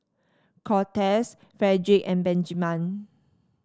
Cortez Fredric and Benjiman